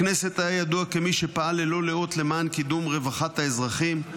בכנסת היה ידוע כמי שפעל ללא לאות למען קידום רווחת האזרחים.